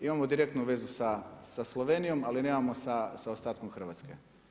Imamo direktnu vezu sa Slovenijom, ali nemamo sa ostatkom Hrvatske.